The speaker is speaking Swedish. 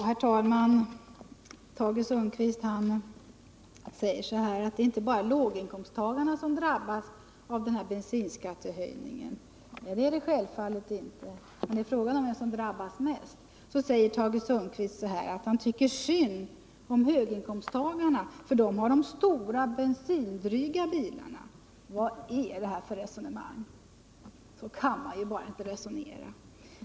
Herr talman! Tage Sundkvist säger att det inte bara är låginkomsttagarna som drabbas av bensinskattehöjningen. Nej, självfallet inte, men frågan är vem som drabbas mest. Så tycker Tage Sundkvist synd om höginkomsttagarna, för de har de stora, bensindryga bilarna. Vad är det här för resonemang? Så kan man ju bara inte resonera!